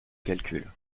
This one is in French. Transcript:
calcul